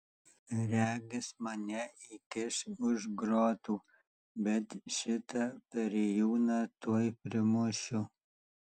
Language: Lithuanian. regis mane įkiš už grotų bet šitą perėjūną tuoj primušiu